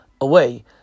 away